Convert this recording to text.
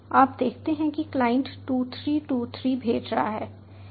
आप देखते हैं कि क्लाइंट 2 3 2 3 भेज रहा है